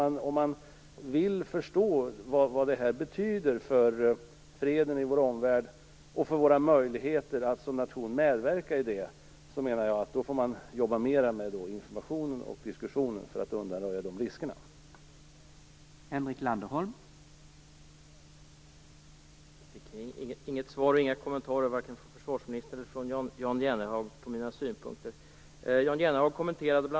Men om man vill förstå vad detta betyder för freden i vår omvärld och för våra möjligheter att som nation medverka till den menar jag att man får jobba mer med information och diskussion för att undanröja riskerna för missförstånd.